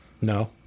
no